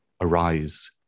Arise